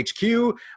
HQ